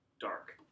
dark